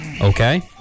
Okay